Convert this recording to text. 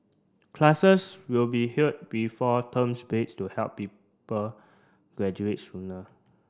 classes will be held before terms breaks to help people graduate sooner